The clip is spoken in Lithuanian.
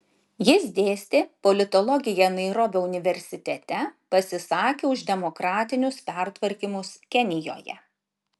jis dėstė politologiją nairobio universitete pasisakė už demokratinius pertvarkymus kenijoje